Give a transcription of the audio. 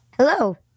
Hello